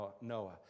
Noah